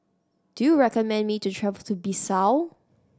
do you recommend me to travel to Bissau